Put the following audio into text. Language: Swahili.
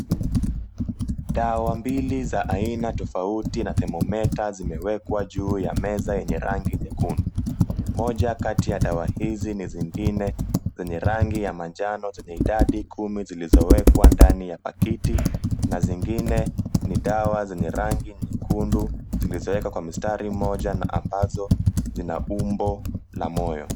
Dawa mbili za aina tofauti na thermometa zimewekajuu ya meza yenye rangi nyekundu. Moja kati ya dawa hizi ni zingine zenye rangi ya manjano, zenye idadi kumi zilizoekwa dani ya pakiti na zingine ni dawa zenye rangi nyekundu zilizoekwa kwenye mstari moja na ambazo zina umbo la moyo.